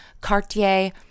Cartier